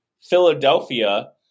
Philadelphia